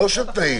לא של תנאים,